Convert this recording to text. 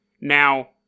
Now